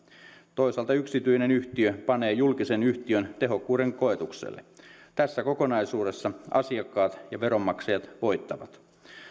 toisaalta yksityinen yhtiö panee julkisen yhtiön tehokkuuden koetukselle tässä kokonaisuudessa asiakkaat ja veronmaksajat voittavat